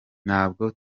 ntabwo